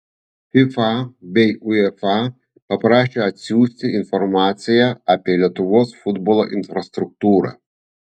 fifa bei uefa paprašė atsiųsti informaciją apie lietuvos futbolo infrastruktūrą